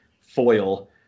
foil